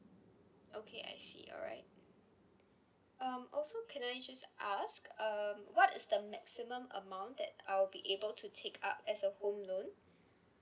okay I see alright um also can I just ask um what is the maximum amount that I'll be able to take up as a home loan